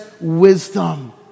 wisdom